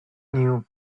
knew